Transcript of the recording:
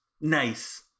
Nice